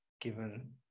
given